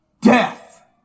death